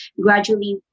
gradually